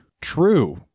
true